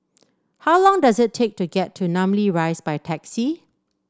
how long does it take to get to Namly Rise by taxi